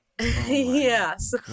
yes